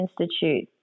Institute